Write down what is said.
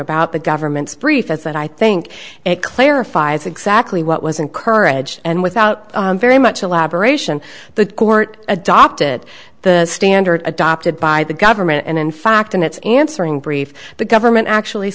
about the government's brief as that i think it clarifies exactly what was encouraged and without very much elaboration the court adopted the standard adopted by the government and in fact in its answering brief the government actually